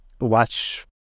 watch